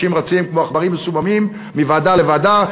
אנשים רצים כמו עכברים מסוממים מוועדה לוועדה,